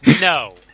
No